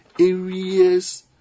areas